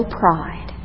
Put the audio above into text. pride